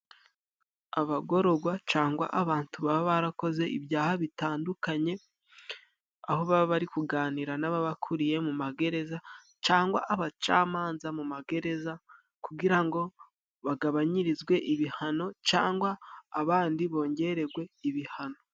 Abagororwa cangwa abantu baba barakoze ibyaha bitandukanye, aho baba bari kuganira n'ababakuriye mu magereza cangwa abacamanza mu magereza, kugira ngo bagabanyirizwe ibihano cangwa abandi bongeregwe ibihano.